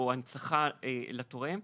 או הנצחה לתורם,